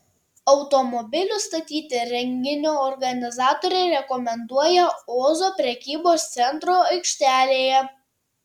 automobilius statyti renginio organizatoriai rekomenduoja ozo prekybos centro aikštelėje